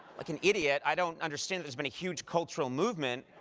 like an idiot, i don't understand there's been a huge cultural movement.